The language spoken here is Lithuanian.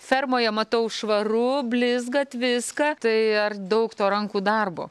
fermoje matau švaru blizga tviska tai ar daug to rankų darbo